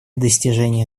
достижения